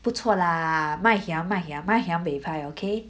不错啦 okay